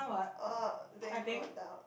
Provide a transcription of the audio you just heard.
oh then go down